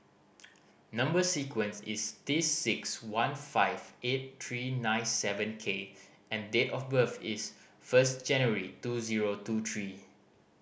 number sequence is T six one five eight three nine seven K and date of birth is first January two zero two three